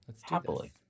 happily